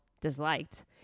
disliked